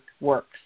works